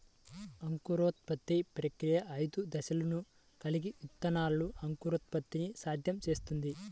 అంకురోత్పత్తి ప్రక్రియ ఐదు దశలను కలిగి విత్తనాల అంకురోత్పత్తిని సాధ్యం చేస్తుంది